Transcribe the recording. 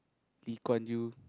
Lee Kuan Yew